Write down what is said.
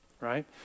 Right